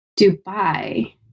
Dubai